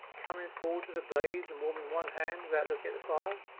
coming forward to the blaze and warming one hand without looking at the fire.